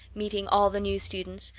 meeting all the new students,